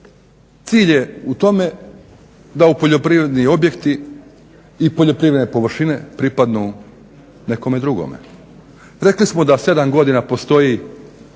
Cilj je u tome da poljoprivredni objekti i poljoprivredne površine pripadnu nekome drugome. Rekli smo da 7 godina postoji